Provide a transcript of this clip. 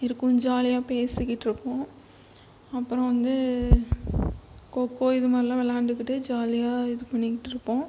இருக்கும் ஜாலியா பேசிக்கிட்டு இருப்போம் அப்புறம் வந்து கோ கோ இது மாதிரிலாம் விளாண்டுக்கிட்டு ஜாலியாகே இது பண்ணிக்கிட்டு இருப்போம்